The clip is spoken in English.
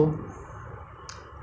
sixteen fifteen sixteen years ago